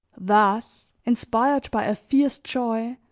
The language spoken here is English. thus, inspired by a fierce joy,